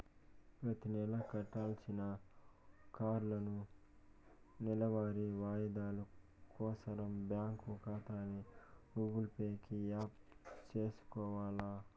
ప్రతినెలా కట్టాల్సిన కార్లోనూ, నెలవారీ వాయిదాలు కోసరం బ్యాంకు కాతాని గూగుల్ పే కి యాప్ సేసుకొవాల